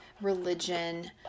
religion